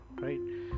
right